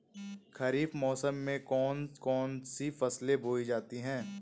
खरीफ मौसम में कौन कौन सी फसलें बोई जाती हैं?